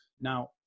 Now